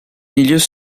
milieux